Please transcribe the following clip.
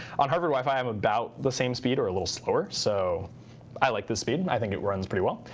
on harvard wifi, i'm about the same speed or a little slower. so i like this speed. i think it runs pretty well.